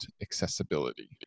accessibility